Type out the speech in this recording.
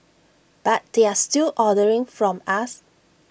but they're still ordering from us